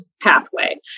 pathway